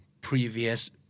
previous